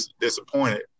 disappointed